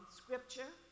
scripture